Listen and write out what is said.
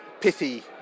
pithy